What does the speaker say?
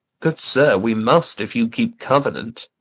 good sir, we must, if you keep covenant.